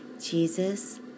Jesus